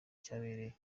cyabereye